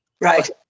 Right